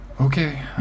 Okay